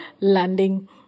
landing